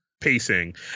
pacing